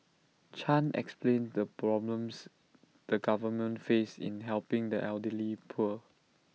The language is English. chan explained the problems the government face in helping the elderly poor